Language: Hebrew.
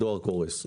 הדואר קורס.